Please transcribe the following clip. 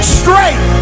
straight